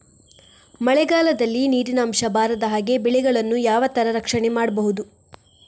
ಮಳೆಗಾಲದಲ್ಲಿ ನೀರಿನ ಅಂಶ ಬಾರದ ಹಾಗೆ ಬೆಳೆಗಳನ್ನು ಯಾವ ತರ ರಕ್ಷಣೆ ಮಾಡ್ಬಹುದು?